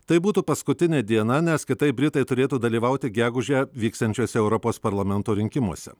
tai būtų paskutinė diena nes kitaip britai turėtų dalyvauti gegužę vyksiančiuose europos parlamento rinkimuose